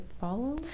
follow